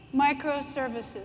microservices